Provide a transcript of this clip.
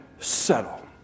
settle